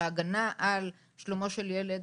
שהגנה על שלומו של ילד,